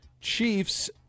Chiefs